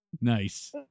Nice